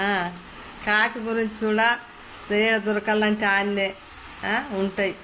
కాకి గురించి కూడా వేరే దొరకాలంటే ఆడ్నే ఉంటాయి